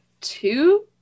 two